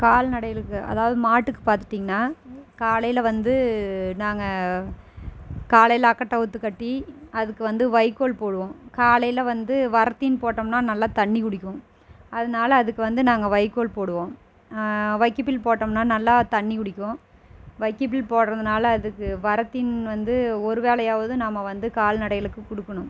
கால்நடைகளுக்கு அதாவது மாட்டுக்குப் பார்த்துட்டிங்கனா காலையில் வந்து நாங்கள் காலையில் லாக்கட்டை அவித்துக் கட்டி அதுக்கு வந்து வைக்கோல் போடுவோம் காலையில் வந்து வரத்தீன் போட்டோம்னால் நல்லா தண்ணி குடிக்கும் அதனால அதுக்கு வந்து நாங்கள் வைக்கோல் போடுவோம் வைக்கப்புல் போட்டோம்னால் நல்லா தண்ணி குடிக்கும் வைக்கப்புல் போடுறதனால அதுக்கு வரத்தீனி வந்து ஒரு வேளையாவது நம்ம வந்து கால்நடைகளுக்கு கொடுக்கணும்